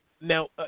now